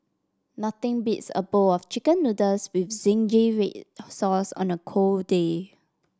nothing beats a bowl of chicken noodles with zingy red sauce on a cold day